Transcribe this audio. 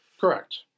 Correct